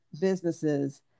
businesses